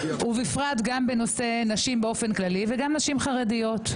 בפרט בנושא נשים בכלל וגם בנשים חרדיות.